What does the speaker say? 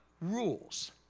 rules